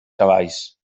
cavalls